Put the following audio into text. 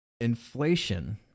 inflation